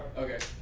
ok.